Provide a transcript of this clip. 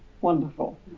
wonderful